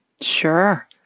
Sure